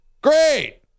Great